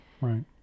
Right